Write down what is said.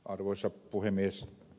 arvoisa puhemies